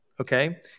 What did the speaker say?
Okay